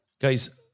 guys